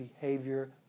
behavior